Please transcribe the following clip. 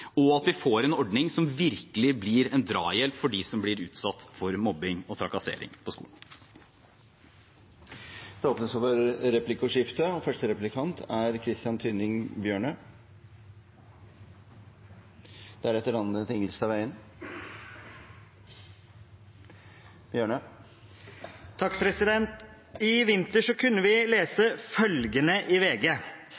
vært, at vi får effektive lokale mobbeombud, og at vi får en ordning som virkelig blir en drahjelp for dem som blir utsatt for mobbing og trakassering på skolen. Det blir replikkordskifte. I vinter kunne vi lese